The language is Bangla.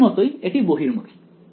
আগের মতই এটি বহির্মুখী